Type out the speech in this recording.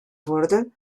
wurde